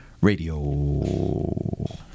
radio